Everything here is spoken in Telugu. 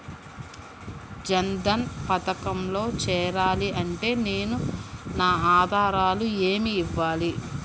జన్ధన్ పథకంలో చేరాలి అంటే నేను నా ఆధారాలు ఏమి ఇవ్వాలి?